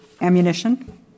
ammunition